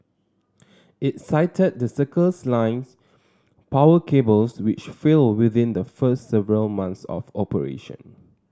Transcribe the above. it cited the Circles Line's power cables which failed within the first several months of operation